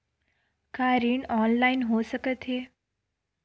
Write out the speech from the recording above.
का ऋण ऑनलाइन हो सकत हे?